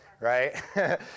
right